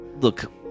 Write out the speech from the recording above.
look